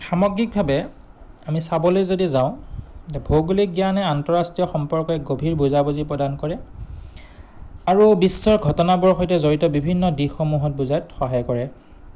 সামগ্ৰিকভাৱে আমি চাবলৈ যদি যাওঁ ভৌগোলিক জ্ঞানে আন্তঃৰাষ্ট্ৰীয় সম্পৰ্কে গভীৰ বুজাবুজি প্ৰদান কৰে আৰু বিশ্বৰ ঘটনাবোৰৰ সৈতে জড়িত বিভিন্ন দিশসমূহত বুজাত সহায় কৰে